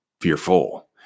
fearful